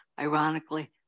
ironically